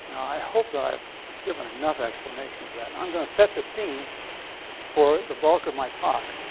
i hope that i've given enough explanation for that. and i'm going to set the scene for the bulk of my talk.